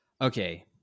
Okay